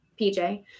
PJ